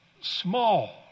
small